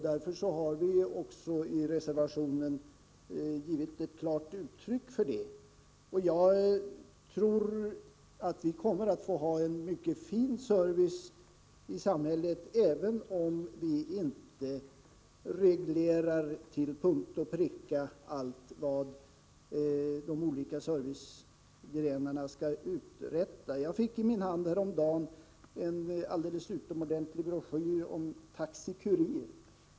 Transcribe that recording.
Därför har vi också i reservationen gett ett klart uttryck för vår uppfattning. Jag tror att vi kommer att få en mycket fin service i samhället även om vi inte till punkt och pricka reglerar allt vad de olika servicegrenarna skall uträtta. Jag fick i min hand häromdagen en alldeles utmärkt broschyr om Taxi Kurir.